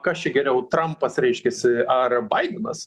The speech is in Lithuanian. kas čia geriau trampas reiškiasi ar baidenas